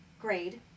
grade